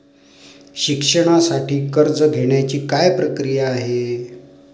शिक्षणासाठी कर्ज घेण्याची काय प्रक्रिया आहे?